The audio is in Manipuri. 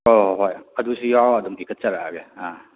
ꯍꯣꯏ ꯍꯣꯏ ꯑꯗꯨꯁꯨ ꯌꯥꯎꯔꯒ ꯑꯗꯨꯝ ꯄꯤꯈꯠꯆꯔꯛꯑꯒꯦ ꯑꯥ